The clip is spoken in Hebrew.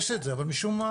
יש את זה אבל משום מה,